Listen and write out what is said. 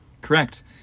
Correct